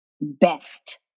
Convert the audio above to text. best